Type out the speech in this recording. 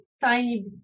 tiny